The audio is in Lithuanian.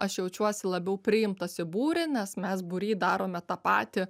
aš jaučiuosi labiau priimtas į būrį nes mes būry darome tą patį